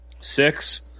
six